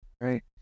Right